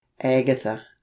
Agatha